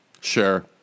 Sure